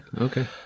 okay